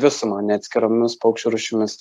visumą ne atskiromis paukščių rūšimis